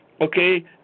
okay